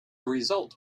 result